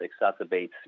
exacerbates